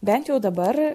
bent jau dabar